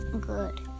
good